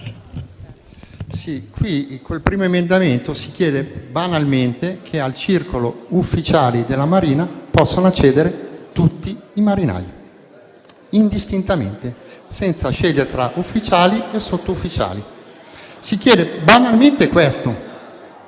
con l'emendamento 19.200 si chiede banalmente che al circolo ufficiali della Marina possano accedere tutti i marinai, indistintamente, senza scegliere tra ufficiali e sottufficiali. Si chiede banalmente questo